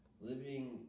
living